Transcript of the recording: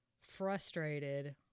frustrated